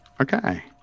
Okay